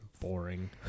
boring